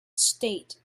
state